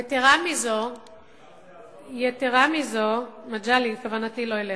יתירה מזו, מגלי, כוונתי לא אליך.